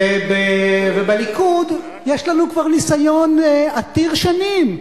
ובליכוד יש לנו כבר ניסיון עתיר שנים,